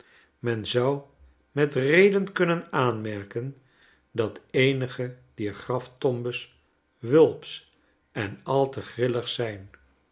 men zou metredenkunnen aanfnerken dat eenige dier graftombes wulpsch en al te grillig zijn